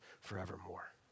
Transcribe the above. forevermore